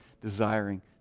desiring